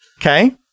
okay